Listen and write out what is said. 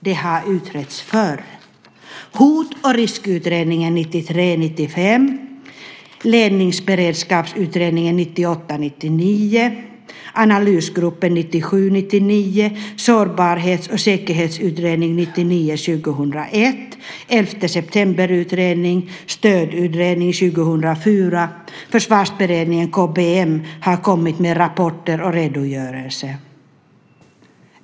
Det har utretts förr i Hot och riskutredningen 1993-1995, Ledningsberedskapsutredningen 1998-1999, Analysgruppen 1997-1999, Sårbarhets och säkerhetsutredningen 1999-2001, 11 september-utredningen, Stödutredningen 2004 och Försvarsberedningen, och KBM har kommit med rapporter och redogörelser.